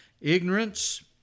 ignorance